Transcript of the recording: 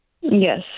Yes